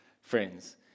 friends